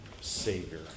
Savior